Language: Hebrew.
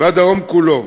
והדרום כולו.